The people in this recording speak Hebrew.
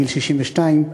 בגיל 62,